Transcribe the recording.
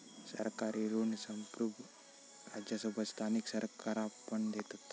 सरकारी ऋण संप्रुभ राज्यांसोबत स्थानिक सरकारा पण देतत